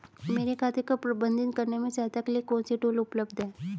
मेरे खाते को प्रबंधित करने में सहायता के लिए कौन से टूल उपलब्ध हैं?